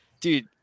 Dude